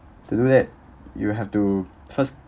to do that you have to first